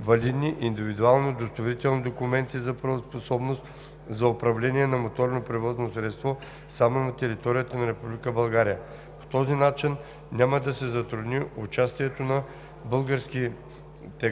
валидни индивидуални удостоверителни документи за правоспособност за управление на моторно превозно средство, само на територията на Република България. По този начин няма да се затрудни участието на българските